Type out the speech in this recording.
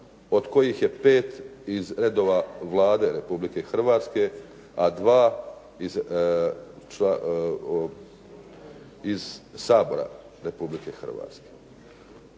od kojih je per iz redova Vlade Republike Hrvatske, a dva iz Sabora Republike Hrvatske.